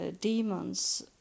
demons